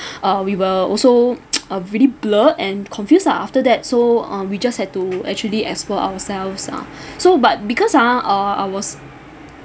uh we were also uh really blur and confused lah after that so uh we just had to actually explore ourselves ah so but because ah uh I was